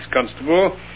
constable